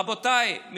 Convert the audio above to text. רבותיי,